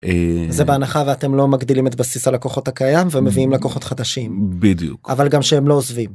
זה בהנחה ואתם לא מגדילים את בסיס על הלקוחות הקיים ומביאים לקוחות חדשים. בדיוק. אבל גם שהם לא עוזבים.